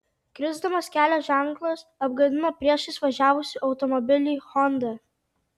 krisdamas kelio ženklas apgadino priešais važiavusį automobilį honda